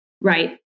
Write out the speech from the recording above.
right